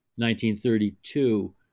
1932